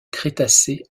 crétacé